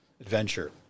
adventure